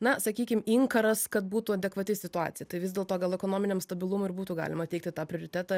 na sakykim inkaras kad būtų adekvati situacija tai vis dėlto gal ekonominiam stabilumui ir būtų galima teikti tą prioritetą